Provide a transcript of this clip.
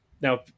Now